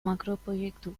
makroproiektu